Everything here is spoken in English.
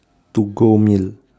to go meal